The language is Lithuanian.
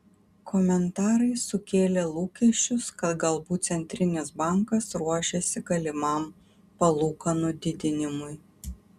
komentarai sukėlė lūkesčius kad galbūt centrinis bankas ruošiasi galimam palūkanų didinimui